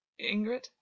Ingrid